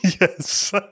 Yes